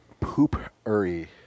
Poopery